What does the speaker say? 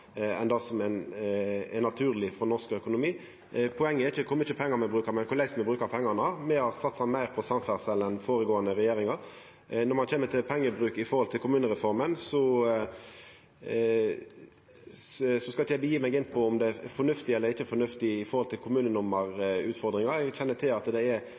enn det som er naturleg for norsk økonomi. Poenget er ikkje kor mykje pengar me brukar, men korleis me brukar pengane. Me har satsa meir på samferdsel enn tidlegare regjeringar. Når det kjem til pengebruk og kommunereforma, skal eg ikkje seia noko om det er fornuftig eller ikkje fornuftig når det gjeld kommunenummer-utfordringa. Eg kjenner til at det